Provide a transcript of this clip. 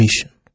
mission